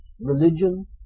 religion